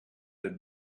had